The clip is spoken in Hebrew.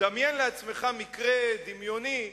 דמיין לעצמך מקרה דמיוני,